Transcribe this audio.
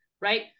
right